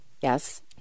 Yes